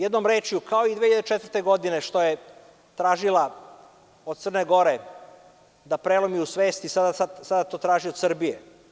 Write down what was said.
Jednom rečju, kao i 2004. godine što je tražila od CG da prelomi u svesti i sada to traži od Srbije.